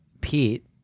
Pete